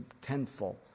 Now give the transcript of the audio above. tenfold